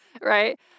Right